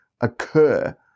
occur